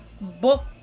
book